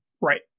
Right